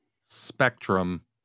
spectrum